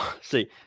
see